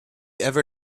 ever